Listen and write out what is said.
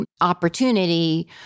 opportunity